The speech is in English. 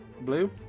Blue